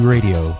Radio